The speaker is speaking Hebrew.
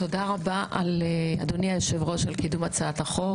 תודה רבה, אדוני היושב-ראש, על קידום הצעת החוק.